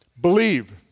believe